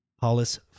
Hollis